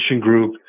group